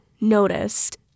noticed